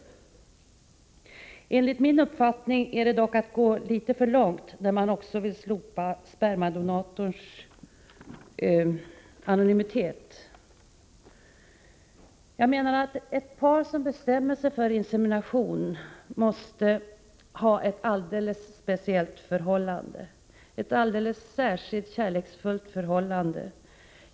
Enligt min uppfattning är det dock att gå litet för långt, när man också vill slopa spermadonatorns anonymitet. Ett par som bestämmer sig för insemination måste ha ett alldeles speciellt förhållande, ett alldeles särskilt kärleksfullt förhållande.